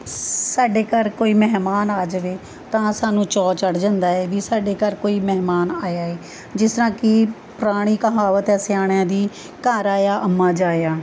ਸ ਸਾਡੇ ਘਰ ਕੋਈ ਮਹਿਮਾਨ ਆ ਜਾਵੇ ਤਾਂ ਸਾਨੂੰ ਚਾਅ ਚੜ੍ਹ ਜਾਂਦਾ ਏ ਵੀ ਸਾਡੇ ਘਰ ਕੋਈ ਮਹਿਮਾਨ ਆਇਆ ਏ ਜਿਸ ਤਰਾਂ ਕਿ ਪੁਰਾਣੀ ਕਹਾਵਤ ਹੈ ਸਿਆਣਿਆਂ ਦੀ ਘਰ ਆਇਆ ਅੰਮਾ ਜਾਇਆ